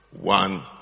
one